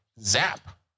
Zap